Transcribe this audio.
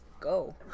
Go